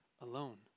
alone